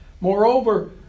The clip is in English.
Moreover